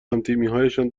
همتیمیهایشان